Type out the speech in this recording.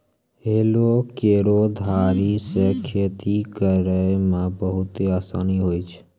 हलो केरो धारी सें खेती करै म बहुते आसानी होय छै?